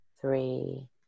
three